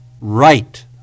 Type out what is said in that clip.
Right